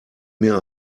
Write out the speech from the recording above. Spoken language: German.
mir